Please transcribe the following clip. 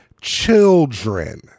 children